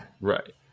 Right